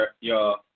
y'all